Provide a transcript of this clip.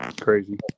Crazy